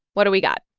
what do we got?